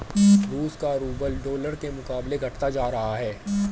रूस का rouble dollar के मुकाबले घटता जा रहा है